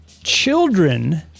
children